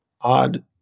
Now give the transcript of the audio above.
odd